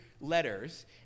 letters